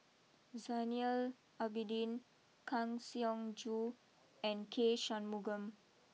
Zainal Abidin Kang Siong Joo and K Shanmugam